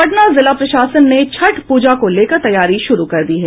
पटना जिला प्रशासन ने छठ पूजा को लेकर तैयारी शुरू कर दी है